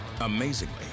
Amazingly